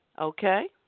Okay